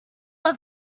were